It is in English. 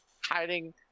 hiding